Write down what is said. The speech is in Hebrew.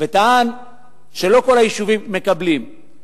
וטען שלא כל היישובים מקבלים.